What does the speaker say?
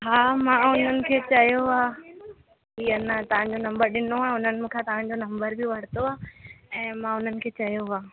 हा मां उन्हनि खे चयो आहे ईअं न तव्हांजो नंबर ॾिनो आहे उन्हनि मूंखां तांजो नंबर बि वरितो आहे ऐं मां उन्हनि खे चयो आहे